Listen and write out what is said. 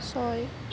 ছয়